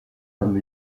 comme